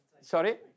sorry